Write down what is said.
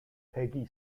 peggy